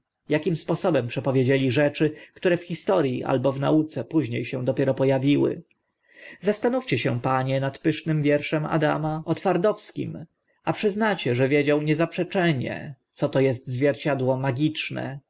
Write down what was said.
akim sposobem przepowiedzieli rzeczy które w historii albo w nauce późnie się dopiero po awiły zastanówcie się panie nad pysznym wierszem adama o twardowskim a przyznacie że wiedział niezaprzeczenie co to est zwierciadło magiczne